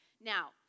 now